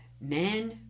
men